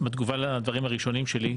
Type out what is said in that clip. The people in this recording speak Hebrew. בתגובה לדברים הראשונים שלי,